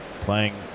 playing